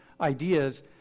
Ideas